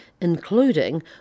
including